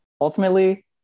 ultimately –